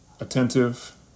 attentive